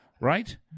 right